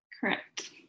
Correct